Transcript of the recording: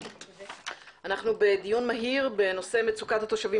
אנחנו בדיון מהיר בנושא מצוקת התושבים